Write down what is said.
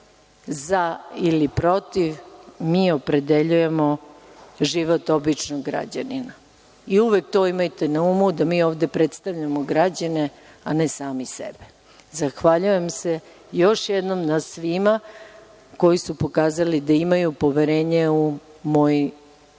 „za“ ili „protiv“ mi opredeljujemo život običnog građanina. Uvek to imajte na umu, da mi ovde predstavljamo građane, a ne sami sebe. Zahvaljujem se još jednom svima koji su pokazali da imaju poverenja u moj